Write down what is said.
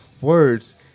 words